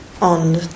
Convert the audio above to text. on